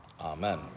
Amen